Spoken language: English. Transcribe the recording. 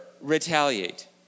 retaliate